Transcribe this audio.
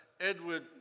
Edward